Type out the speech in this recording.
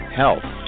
health